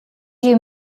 you